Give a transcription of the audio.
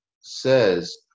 says